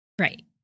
Right